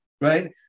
right